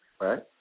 right